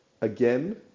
again